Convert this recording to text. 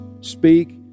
Speak